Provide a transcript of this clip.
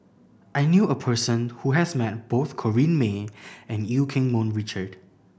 I knew a person who has met both Corrinne May and Eu Keng Mun Richard